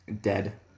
dead